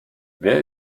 wer